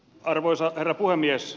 arvoisa herra puhemies